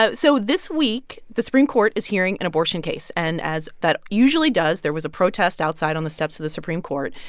ah so this week, the supreme court is hearing an abortion case. and as that usually does, there was a protest outside on the steps of the supreme court.